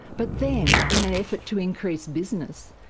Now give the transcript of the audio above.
but then, in an effort to increase business,